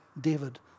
David